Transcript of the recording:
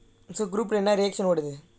it's a group என்ன:enna ratio ஓடுது:oduthu